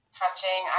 touching